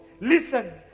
Listen